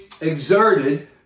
exerted